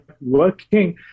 working